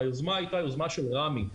היוזמה הייתה יוזמה של רמ"י,